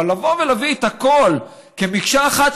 אבל לבוא ולהביא את הכול כמקשה אחת,